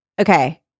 okay